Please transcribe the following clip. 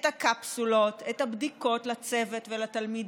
את הקפסולות, את הבדיקות לצוות ולתלמידים,